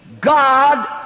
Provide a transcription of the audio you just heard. God